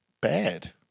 bad